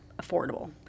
affordable